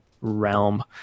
realm